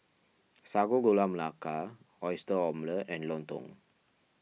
Sago Gula Melaka Oyster Omelette and Lontong